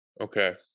Okay